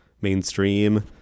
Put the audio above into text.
mainstream